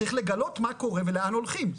צריך לגלות מה קורה ולאן הולכים,